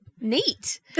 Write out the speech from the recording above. Neat